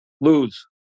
Lose